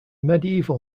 medieval